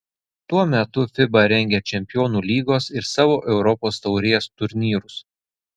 tuo metu fiba rengia čempionų lygos ir savo europos taurės turnyrus